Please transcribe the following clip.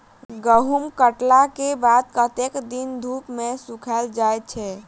गहूम कटला केँ बाद कत्ते दिन धूप मे सूखैल जाय छै?